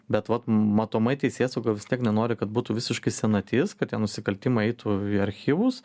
be vat matomai teisėsauga vis tiek nenori kad būtų visiškai senatis kad tie nusikaltimai eitų į archyvus